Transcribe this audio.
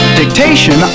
dictation